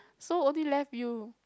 so only left you